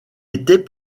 était